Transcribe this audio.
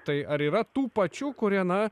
tai ar yra tų pačių kurie na